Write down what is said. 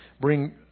bring